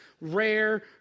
rare